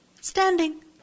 standing